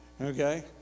Okay